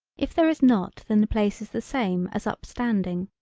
if there is not then the place is the same as up standing.